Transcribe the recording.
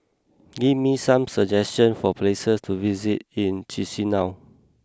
give me some suggestions for places to visit in Chisinau